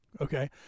Okay